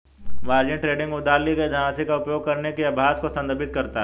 margin trading उधार ली गई धनराशि का उपयोग करने के अभ्यास को संदर्भित करता है